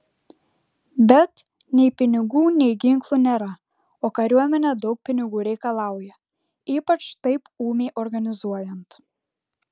bet nei pinigų nei ginklų nėra o kariuomenė daug pinigų reikalauja ypač taip ūmiai organizuojant